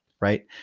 Right